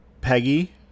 Peggy